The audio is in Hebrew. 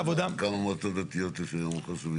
כמה מועצות דתיות יש היום עם חשב מלווה?